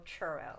churro